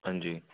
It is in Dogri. हंजी